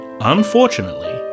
unfortunately